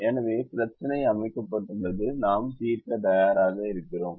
எனவே பிரச்சினை அமைக்கப்பட்டுள்ளது நாம் தீர்க்க தயாராக இருக்கிறோம்